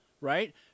right